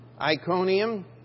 Iconium